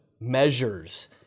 measures